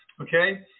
okay